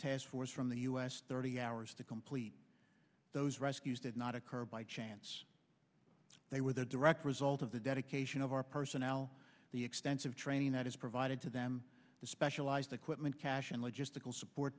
task force from the u s thirty hours to complete those rescues did not occur by chance they were the direct result of the dedication of our personnel the extensive training that is provided to them the specialized equipment cash and logistical support